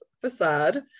facade